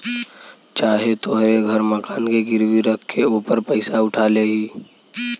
चाहे तोहरे घर मकान के गिरवी रख के ओपर पइसा उठा लेई